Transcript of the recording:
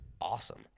awesome